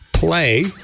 Play